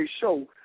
show